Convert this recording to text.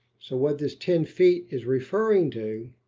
so what this ten feet is referring to,